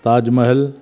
Taj Mahal